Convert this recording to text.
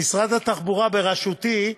משרד התחבורה בראשותי,